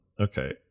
Okay